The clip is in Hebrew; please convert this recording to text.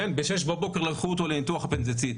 ב-06:00 בבוקר לקחו אותו לניתוח אפנדיציט,